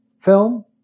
Film